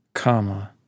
Comma